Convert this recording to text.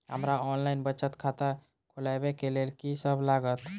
हमरा ऑनलाइन बचत खाता खोलाबै केँ लेल की सब लागत?